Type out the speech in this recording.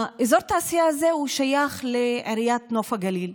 אזור התעשייה הזה שייך לעיריית נוף הגליל,